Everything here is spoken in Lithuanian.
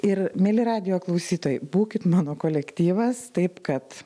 ir mieli radijo klausytojai būkit mano kolektyvas taip kad